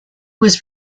was